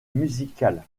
musicales